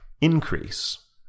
Increase